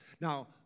Now